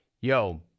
Yo